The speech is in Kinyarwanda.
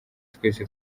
twese